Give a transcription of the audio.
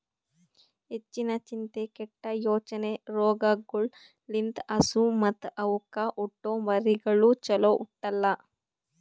ಹೆಚ್ಚಿನ ಚಿಂತೆ, ಕೆಟ್ಟ ಯೋಚನೆ ರೋಗಗೊಳ್ ಲಿಂತ್ ಹಸು ಮತ್ತ್ ಅವಕ್ಕ ಹುಟ್ಟೊ ಮರಿಗಳು ಚೊಲೋ ಹುಟ್ಟಲ್ಲ